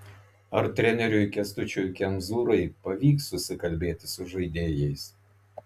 ar treneriui kęstučiui kemzūrai pavyks susikalbėti su žaidėjais